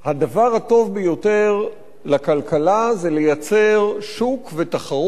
הדבר הטוב ביותר לכלכלה זה לייצר שוק ותחרות,